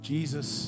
Jesus